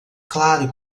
claro